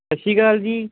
ਸਤਿ ਸ਼੍ਰੀ ਅਕਾਲ ਜੀ